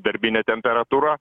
darbinė temperatūra